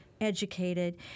educated